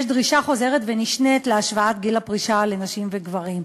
שיש דרישה חוזרת ונשנית להשוואת גיל הפרישה לנשים וגברים.